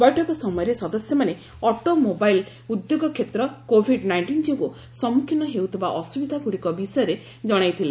ବୈଠକ ସମୟରେ ସଦସ୍ୟମାନେ ଅଟୋ ମୋବାଇଲ୍ ଉଦ୍ୟୋଗ କ୍ଷେତ୍ର କୋଭିଡ୍ ନାଇଷ୍ଟିନ୍ ଯୋଗୁଁ ସମ୍ମୁଖୀନ ହେଉଥିବା ଅସୁବିଧାଗୁଡ଼ିକ ବିଷୟରେ ଜଣାଇଥିଲେ